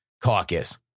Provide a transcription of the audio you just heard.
caucus